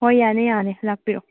ꯍꯣꯏ ꯌꯥꯅꯤ ꯌꯥꯅꯤ ꯂꯥꯛꯄꯤꯔꯣ